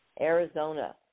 Arizona